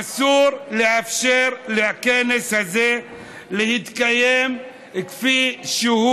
אסור לאפשר לכנס הזה להתקיים כפי שהוא